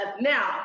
Now